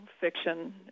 fiction